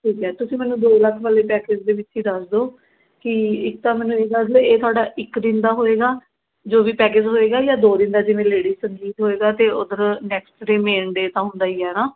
ਠੀਕ ਹੈ ਤੁਸੀਂ ਮੈਨੂੰ ਦੋ ਲੱਖ ਵਾਲੇ ਪੈਕਜ ਦੇ ਵਿੱਚ ਹੀ ਦੱਸ ਦਿਉ ਕਿ ਇੱਕ ਤਾਂ ਮੈਨੂੰ ਇਹ ਦੱਸ ਦਿਉ ਇਹ ਤੁਹਾਡਾ ਇੱਕ ਦਿਨ ਦਾ ਹੋਏਗਾ ਜੋ ਵੀ ਪੈਕਜ ਹੋਏਗਾ ਜਾਂ ਦੋ ਦਿਨ ਦਾ ਜਿਵੇਂ ਲੇਡੀ ਸੰਗੀਤ ਹੋਏਗਾ ਅਤੇ ਉੱਧਰ ਨੈਕਸਟ ਡੇ ਮੇਨ ਡੇ ਤਾਂ ਹੁੰਦਾ ਹੀ ਹੈ ਨਾ